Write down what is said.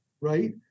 right